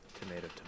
tomato